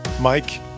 Mike